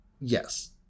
Yes